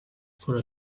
for